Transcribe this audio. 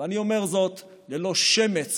ואני אומר זאת ללא שמץ